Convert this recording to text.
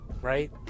Right